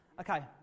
Okay